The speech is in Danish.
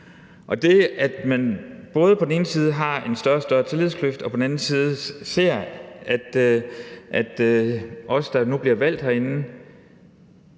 Det, at man på den ene side har en større og større tillidskløft og på den anden side ser, at os, der nu bliver valgt herinde,